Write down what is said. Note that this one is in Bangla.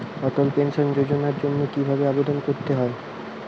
অটল পেনশন যোজনার জন্য কি ভাবে আবেদন করতে হয়?